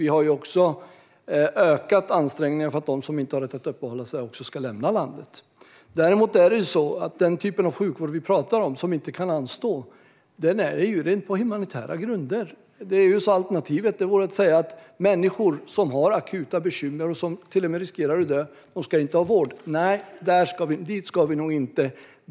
Vi har också ökat ansträngningen för att se till att så är fallet. Däremot är det så att den typ av sjukvård vi talar om, den som inte kan anstå, ges på rent humanitära grunder. Alternativet vore att säga att människor som har akuta bekymmer och som till och med riskerar att dö inte ska ha vård. Nej, dit ska vi nog inte.